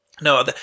No